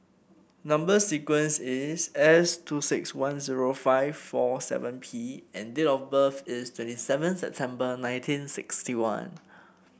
number sequence is S two six one zero five four seven P and date of birth is twenty seven September nineteen sixty one